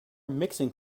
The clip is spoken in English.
mixing